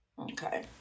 okay